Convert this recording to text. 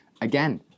again